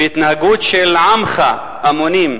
בהתנהגות של עמך, המונים.